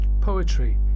poetry